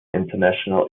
international